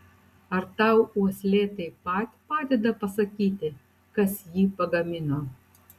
ar tau uoslė taip pat padeda pasakyti kas jį pagamino